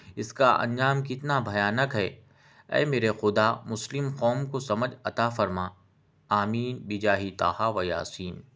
اس کا انجام کتنا بھیانک ہے اے میرے خدا مسلم قوم کو سمجھ عطاء فرما آمین بجاہ طٰہٰ و یاسین